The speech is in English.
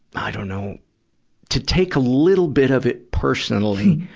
i dunno, to take a little bit of it personally.